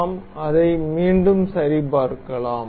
நாம் அதை மீண்டும் சரிபார்க்கலாம்